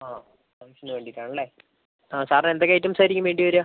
ആ ഫംഗ്ഷന് വേണ്ടിയിട്ടാണല്ലേ ആ സാറിന് എന്തൊക്കെ ഐറ്റംസ് ആയിരിക്കും വേണ്ടി വരിക